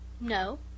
no